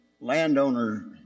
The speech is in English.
landowner